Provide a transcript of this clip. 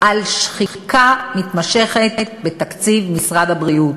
על שחיקה מתמשכת בתקציב משרד הבריאות.